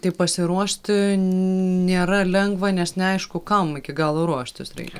tai pasiruošti nėra lengva nes neaišku kam iki galo ruoštis reikia